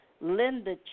Linda